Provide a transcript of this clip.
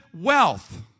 wealth